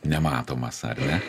nematomas ar ne